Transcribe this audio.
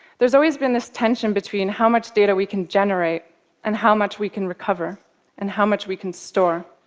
there's always been this tension between how much data we can generate and how much we can recover and how much we can store.